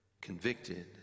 convicted